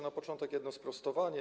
Na początek jedno sprostowanie.